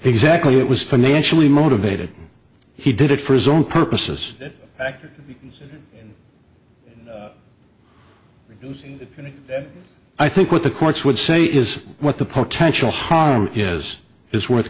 exactly it was financially motivated he did it for his own purposes and i think what the courts would say is what the potential harm is is worth